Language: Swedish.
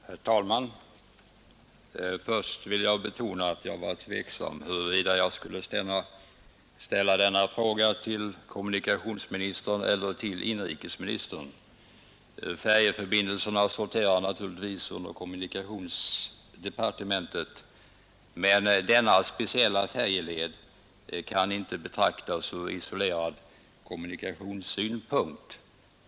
Herr talman! Först vill jag betona att jag var tveksam, huruvida jag skulle ställa denna fråga till kommunikationsministern eller till inrikesministern. Färjeförbindelserna sorterar naturligtvis under kommunikationsdepartementet, men denna speciella färjeled kan inte betraktas ur isolerad kommunikationssynpunkt.